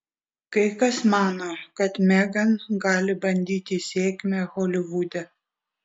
kai kas mano kad megan gali bandyti sėkmę holivude